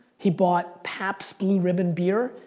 he bought pabst blue ribbon beer,